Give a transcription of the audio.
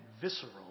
visceral